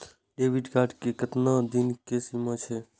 Debit card के केतना दिन के सीमा छै?